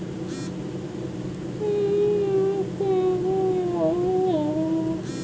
আমি আমার ছেলেকে টাকা কিভাবে পাঠাব?